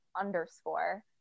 underscore